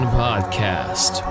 podcast